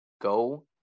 Go